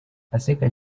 aseka